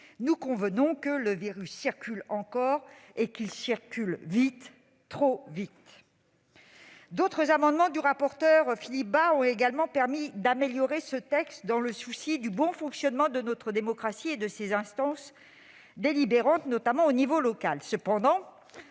toutefois que le virus circule encore et qu'il circule vite, trop vite. D'autres amendements du rapporteur, Philippe Bas, ont également permis d'améliorer ce texte dans le souci du bon fonctionnement de notre démocratie et de ses instances délibérantes, notamment au niveau local.